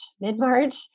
mid-March